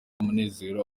munezero